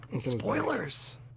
Spoilers